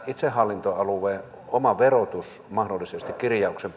itsehallintoalueen oma verotus mahdollisesti kirjauksen